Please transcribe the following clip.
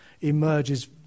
emerges